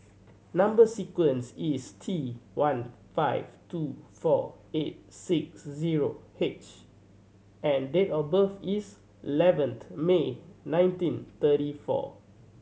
number sequence is T one five two four eight six zero H and date of birth is eleventh May nineteen thirty four